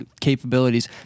capabilities